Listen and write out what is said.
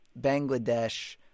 Bangladesh